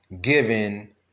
given